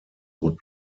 would